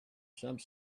some